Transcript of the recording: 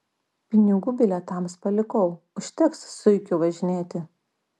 pinigų bilietams palikau užteks zuikiu važinėti